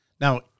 Now